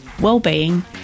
well-being